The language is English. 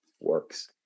works